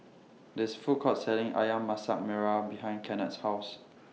There IS A Food Court Selling Ayam Masak Merah behind Kennard's House